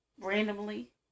randomly